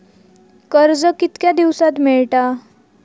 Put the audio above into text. कर्ज कितक्या दिवसात मेळता?